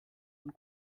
und